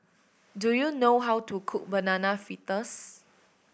do you know how to cook Banana Fritters